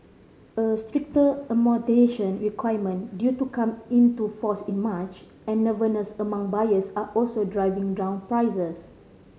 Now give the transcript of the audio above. a stricter amortisation requirement due to come into force in March and nervousness among buyers are also driving down prices